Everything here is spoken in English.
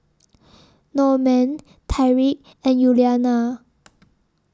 Normand Tyriq and Yuliana